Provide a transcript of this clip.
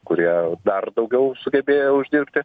kurie dar daugiau sugebėjo uždirbti